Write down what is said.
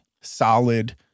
solid